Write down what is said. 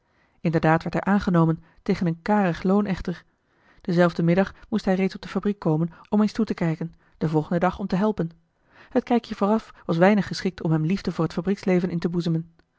inderdaad werd hij aangenomen tegen een karig loon echter denzelfden middag moest hij reeds op de fabriek komen om eens toe te kijken den volgenden dag om te helpen het kijkje vooraf was weinig geschikt om hem liefde voor t fabrieksleven in te boezemen